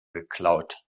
geklaut